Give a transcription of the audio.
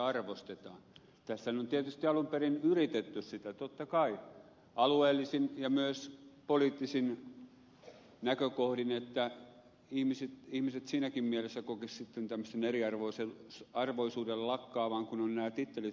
tässähän on tietysti alun perin yritetty sitä totta kai alueellisin ja myös poliittisin näkökohdin että ihmiset siinäkin mielessä kokisivat sitten tämmöisen eriarvoisuuden lakkaavan kun nämä tittelit ovat saman kaltaisia